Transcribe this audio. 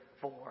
four